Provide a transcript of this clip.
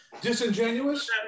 disingenuous